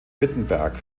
wittenberg